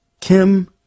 Kim